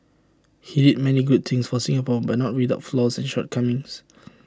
he did many good things for Singapore but not without flaws and shortcomings